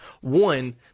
one